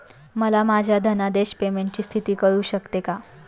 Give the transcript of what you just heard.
मला माझ्या धनादेश पेमेंटची स्थिती कळू शकते का?